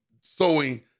sowing